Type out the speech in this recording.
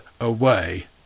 away